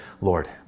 Lord